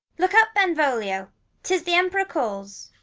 look up, benvolio tis the emperor calls.